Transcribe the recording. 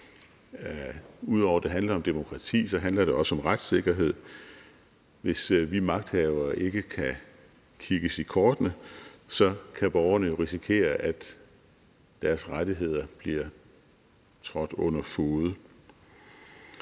Ud over at det handler om demokrati, handler det også om retssikkerhed. Hvis vi magthavere ikke kan kigges i kortene, kan borgerne jo risikere, at deres rettigheder bliver trådt under fode.